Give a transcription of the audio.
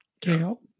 Kale